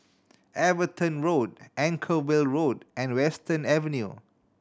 Everton Road Anchorvale Road and Western Avenue